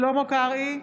שלמה קרעי,